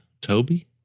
Toby